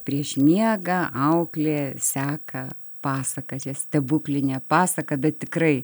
prieš miegą auklė seka pasakas čia stebuklinė pasaka bet tikrai